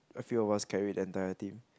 a few of us carried the entire team